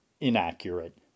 inaccurate